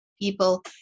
People